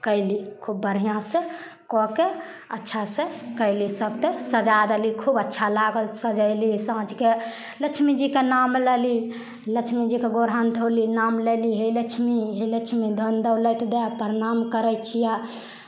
कयली खूब बढ़िआँसँ कऽ के अच्छासँ कयली सभतरि सजा देली खूब अच्छा लागल सजयली साँझकेँ लक्ष्मीजीके नाम लेली लक्ष्मीजीके गोर हाथ धोली नाम लेली हे लक्ष्मी हे लक्ष्मी धन दौलति दए प्रणाम करै छियह